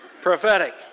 Prophetic